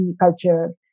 culture